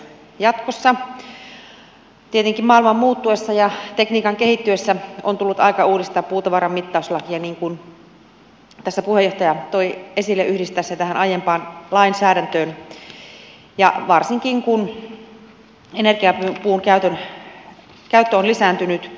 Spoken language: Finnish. tietenkin maailman muuttuessa ja tekniikan kehittyessä on tullut aika uudistaa puutavaran mittauslakia niin kuin tässä puheenjohtaja toi esille yhdistää se tähän aiempaan lainsäädäntöön ja varsinkin kun energiapuun käyttö on lisääntynyt